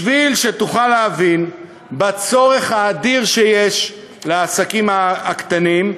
בשביל שתוכל להבין את הצורך האדיר שיש לעסקים הקטנים,